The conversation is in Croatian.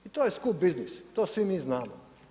I to je skup biznis, to svi mi znamo.